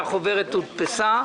הודפסה.